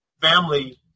family